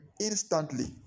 instantly